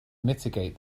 mitigate